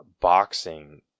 boxing